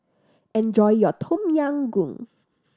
enjoy your Tom Yam Goong